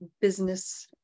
business